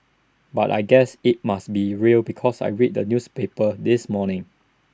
but I guess IT must be real because I read the newspapers this morning